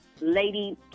Lady